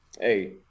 hey